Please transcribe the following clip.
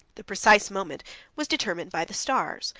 the precise moment was determined by the stars,